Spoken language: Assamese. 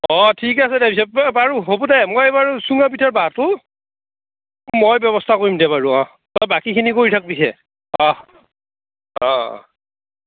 অঁ ঠিক আছে দে বাৰু হ'ব দে মই বাৰু চুঙাপিঠাৰ বাঁহটো মই ব্যৱস্থা কৰিম দে বাৰু অহ তই বাকীখিনি কৰি থাক পিছে অহ অঁ অঁ অঁ